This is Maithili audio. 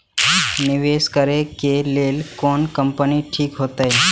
निवेश करे के लेल कोन कंपनी ठीक होते?